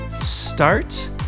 start